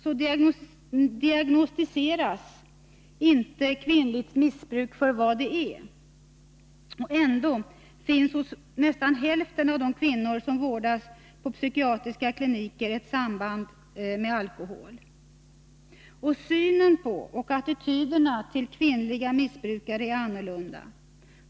Ofta diagnostiseras inte kvinnligt missbruk för vad det är. Ändå finns hos nästan hälften av de kvinnor som vårdas på psykiatriska kliniker ett samband med alkohol. Synen på och attityderna till kvinnliga missbrukare är också annorlunda.